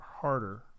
harder